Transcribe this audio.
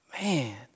Man